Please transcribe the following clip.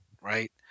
right